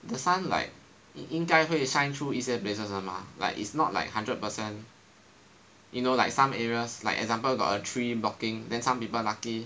the sun like 应该会 shine through 一些 places 的 mah like it's not like hundred percent you know like some areas like example got a tree blocking then some people lucky